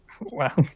Wow